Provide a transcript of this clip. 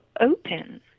open